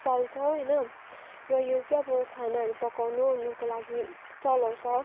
चल्छ होइन र यो चाहिँ अब खानाहरू पकाउनु ओर्नुको लागि चलाउँछ